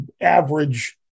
average